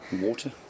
water